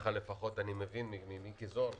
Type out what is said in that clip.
ככה לפחות אני מבין ממיקי זוהר.